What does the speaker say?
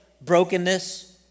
brokenness